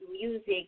music